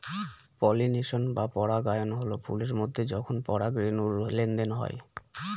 pollination বা পরাগায়ন হল ফুলের মধ্যে যখন পরাগরেনুর লেনদেন হয়